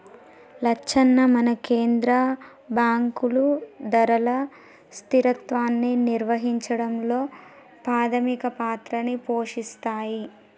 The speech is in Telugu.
లచ్చన్న మన కేంద్ర బాంకులు ధరల స్థిరత్వాన్ని నిర్వహించడంలో పాధమిక పాత్రని పోషిస్తాయి